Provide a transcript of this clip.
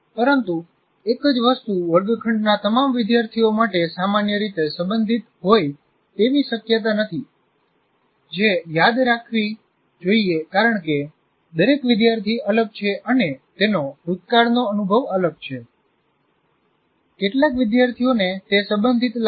પરંતુ એક જ વસ્તુ વર્ગખંડના તમામ વિદ્યાર્થીઓ માટે સમાન રીતે સંબંધિત હોય તેવી શક્યતા નથી જે યાદ રાખવી જોઈએ કારણ કે દરેક વિદ્યાર્થી અલગ છે અને તેનો ભૂતકાળનો અનુભવ અલગ છે કેટલાક વિદ્યાર્થીઓને તે સંબંધિત લાગશે